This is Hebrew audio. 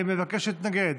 מבקש להתנגד,